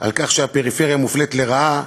על כך שהפריפריה מופלית לרעה,